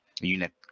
unit